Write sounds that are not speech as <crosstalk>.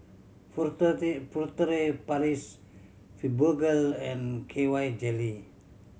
<unintelligible> Furtere Paris Fibogel and K Y Jelly